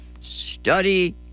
study